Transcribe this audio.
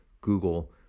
Google